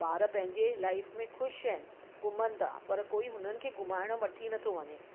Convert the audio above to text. ॿार पंहिंजे लाइफ़ में ख़ुशि आहिनि घुमनि था पर कोई हुननि खे घुमाइणु वठी न थो वञे